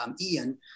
Ian